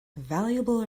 valuable